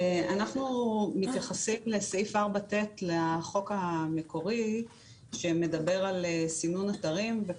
אנחנו מתייחסים לסעיף 4ט לחוק המקורי שמדבר על סינון אתרים.